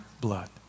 blood